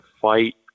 fight